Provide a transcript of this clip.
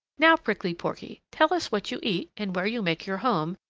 now, prickly porky, tell us what you eat and where you make your home,